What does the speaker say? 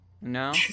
No